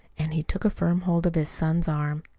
and he took firm hold of his son's arm.